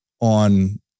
on